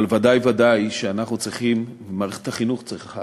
אבל ודאי וודאי שאנחנו צריכים, מערכת החינוך צריכה